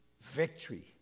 victory